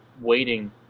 waiting